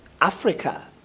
Africa